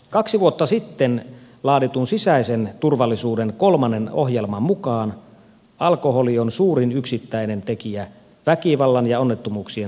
kaksi vuotta sitten laaditun sisäisen turvallisuuden kolmannen ohjelman mukaan alkoholi on suurin yksittäinen tekijä väkivallan ja onnettomuuksien taustalla